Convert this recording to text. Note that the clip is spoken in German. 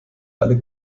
alle